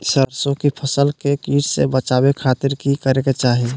सरसों की फसल के कीट से बचावे खातिर की करे के चाही?